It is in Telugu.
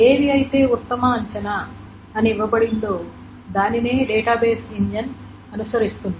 ఏది అయితే ఉత్తమ అంచనా అని ఇవ్వబడిందో దానినే డేటాబేస్ ఇంజిన్ అనుసరిస్తుంది